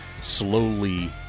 slowly